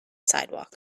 sidewalk